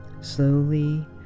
slowly